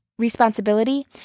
responsibility